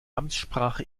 amtssprache